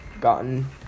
gotten